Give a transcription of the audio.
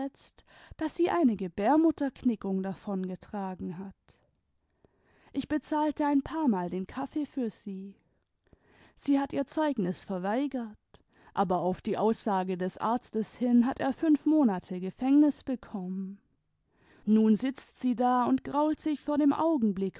daß sie eine gebärmutterknickung davongetragen hat ich bezahlte ein paarmal den kaffee für sie sie hat ihr zeugnis verweigert aber auf die aussage des arztes hin hat er fünf monate gefängnis bekommen nun sitzt sie da imd grault sich vor dem augenblick